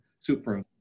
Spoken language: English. Super